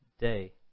day